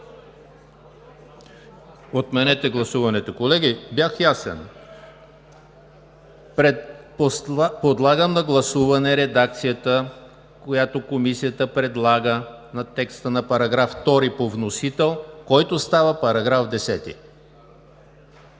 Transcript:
Отменете гласуването. Колеги, бях ясен. Подлагам на гласуване редакцията, която Комисията предлага на текста на § 2 по вносител, който става § 10.